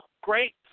great